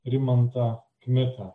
rimantą kmitą